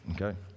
okay